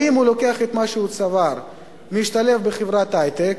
האם הוא לוקח את מה שהוא צבר ומשתלב בחברת היי-טק,